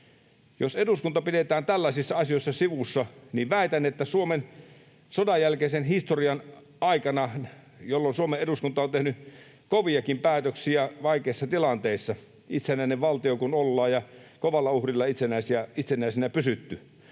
Jos eduskunta pidetään tällaisissa asioissa sivussa, niin väitän, että Suomen sodanjälkeisen historian aikana, jolloin Suomen eduskunta on tehnyt koviakin päätöksiä vaikeissa tilanteissa, itsenäinen valtio kun ollaan ja kovalla uhrilla itsenäisenä pysytty...